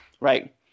right